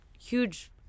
huge